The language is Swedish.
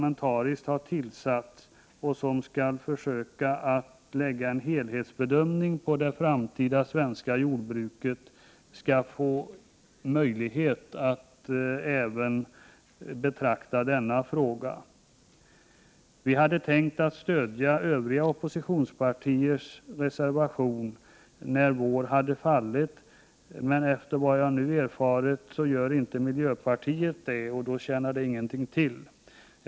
1988/89:127 åstadkomma en helhetsbedömning av det framtida svenska jordbruket skall 2 juni 1989 ha möjlighet att även betrakta denna fråga. Vi i folkpartiet hade tänkt stödja övriga oppositionspartiers reservation när vår inte längre kom i fråga. Men jag har erfarit att miljöpartiet inte kommer att göra det, och då tjänar det ingenting till att stödja nämnda reservation.